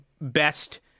best